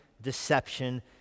deception